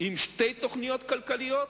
עם שתי תוכניות כלכליות?